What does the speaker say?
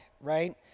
right